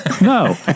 No